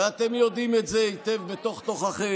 ואתם יודעים את זה היטב בתוך-תוככם,